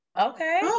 Okay